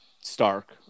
Stark